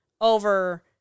over